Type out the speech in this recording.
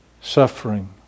suffering